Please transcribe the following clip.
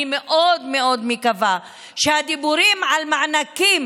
אני מאוד מאוד מקווה שהדיבורים על מענקים